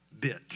bit